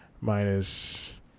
minus